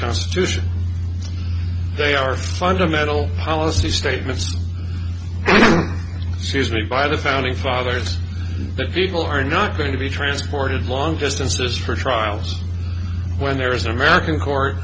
constitution they are fundamental policy statements seized me by the founding fathers that people are not going to be transported long distances for trials when there is an american court